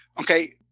Okay